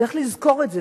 צריך לזכור את זה.